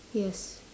yes